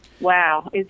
wow